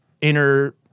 inner